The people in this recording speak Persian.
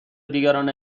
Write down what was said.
دیگران